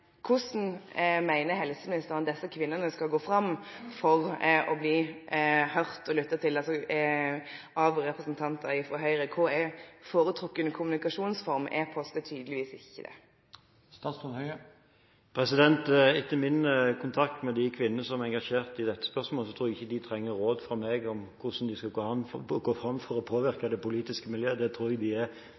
Hvordan mener helseministeren at disse kvinnene skal gå fram for å bli hørt – lyttet til – av representanter fra Høyre? Hva er foretrukket kommunikasjonsform? E-post er tydeligvis ikke det. Ut fra min kontakt med de kvinnene som er engasjert i dette spørsmålet, tror jeg ikke de trenger råd fra meg om hvordan de skal gå fram for å påvirke det politiske miljø. Det tror jeg de